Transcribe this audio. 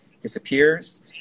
disappears